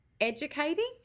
educating